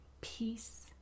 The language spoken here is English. peace